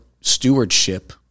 stewardship